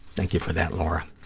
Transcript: thank you for that, laura.